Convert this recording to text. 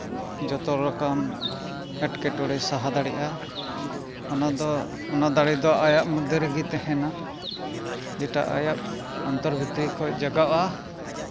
ᱡᱚᱛᱚ ᱞᱮᱠᱟ ᱮᱸᱴᱠᱮᱴᱚᱬᱮ ᱥᱟᱦᱟ ᱫᱟᱲᱮᱭᱟᱜᱼᱟ ᱚᱱᱟᱫᱚ ᱚᱱᱟ ᱫᱟᱲᱮ ᱫᱚ ᱟᱭᱟᱜ ᱢᱚᱫᱽᱫᱷᱮ ᱨᱮᱜᱮ ᱛᱟᱦᱮᱱᱟ ᱮᱴᱟᱜ ᱟᱭᱟᱜ ᱚᱱᱛᱚᱨ ᱵᱷᱤᱛᱨᱤ ᱠᱷᱚᱡ ᱡᱟᱜᱟᱜᱼᱟ